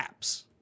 apps